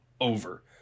over